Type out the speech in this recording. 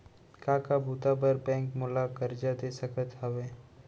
का का बुता बर बैंक मोला करजा दे सकत हवे?